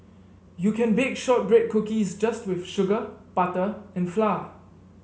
you can bake shortbread cookies just with sugar butter and flour